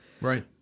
Right